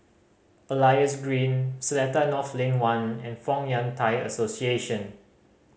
Elias Green Seletar North Lane One and Fong Yun Thai Association